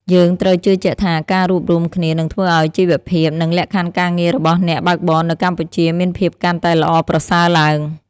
យើងត្រូវជឿជាក់ថា ការរួបរួមគ្នានឹងធ្វើឱ្យជីវភាព និងលក្ខខណ្ឌការងាររបស់អ្នកបើកបរនៅកម្ពុជាមានភាពកាន់តែល្អប្រសើរឡើង។